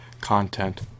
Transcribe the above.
content